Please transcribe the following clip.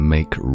Make